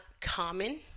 common